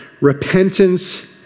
Repentance